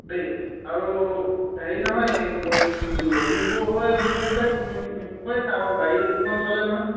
দেই আৰু হেৰি নহয় লখিমপুৰ হৈ মোৰলৈ মোৰে আৰু গাড়ী দুখন চলে নহয়